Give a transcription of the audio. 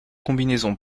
combinaisons